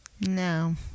No